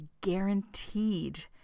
guaranteed